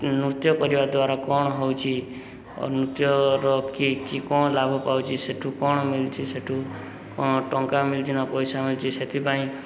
ନୃତ୍ୟ କରିବା ଦ୍ୱାରା କ'ଣ ହେଉଛି ନୃତ୍ୟର କି କି କ'ଣ ଲାଭ ପାଉଛି ସେଠୁ କ'ଣ ମିଳୁଛି ସେଠୁ କ'ଣ ଟଙ୍କା ମିଳୁଛି ନା ପଇସା ମିଳୁଛି ସେଥିପାଇଁ